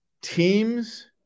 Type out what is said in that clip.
teams